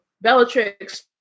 Bellatrix